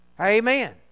Amen